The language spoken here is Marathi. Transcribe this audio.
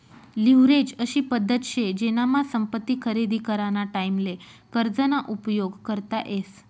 लिव्हरेज अशी पद्धत शे जेनामा संपत्ती खरेदी कराना टाईमले कर्ज ना उपयोग करता येस